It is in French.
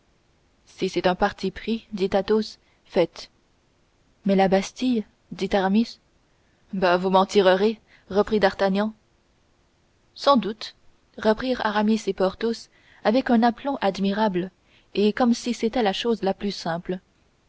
si c'est un parti pris dit athos faites mais la bastille dit aramis bah vous m'en tirerez reprit d'artagnan sans doute reprirent aramis et porthos avec un aplomb admirable et comme si c'était la chose la plus simple